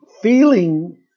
feeling